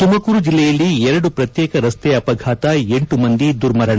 ತುಮಕೂರು ಜಿಲ್ಲೆಯಲ್ಲಿ ಎರಡು ಪ್ರತ್ತೇಕ ರಸ್ತೆ ಅಪಘಾತ ಎಂಟು ಮಂದಿ ದುರ್ಮರಣ